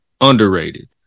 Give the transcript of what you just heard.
underrated